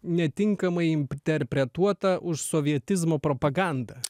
netinkamai interpretuota už sovietizmo propagandą